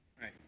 Right